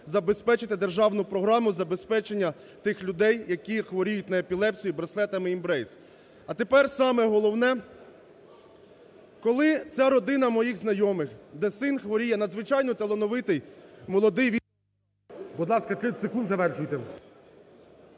забезпечити державну програму забезпечення тих людей, які хворіють на епілепсію, браслетами Embrace. А тепер саме головне: коли ця родина моїх знайомих, де син хворіє, надзвичайно талановитий молодий…